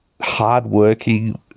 hardworking